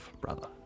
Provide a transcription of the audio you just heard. brother